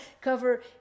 cover